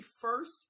first